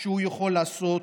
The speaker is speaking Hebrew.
שהוא יכול לעשות,